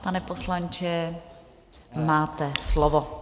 Pane poslanče, máte slovo.